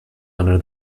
under